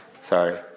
Sorry